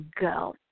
go